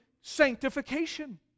sanctification